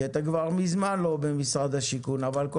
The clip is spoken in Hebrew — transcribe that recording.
כי אתה כבר מזמן לא במשרד השיכון אבל כל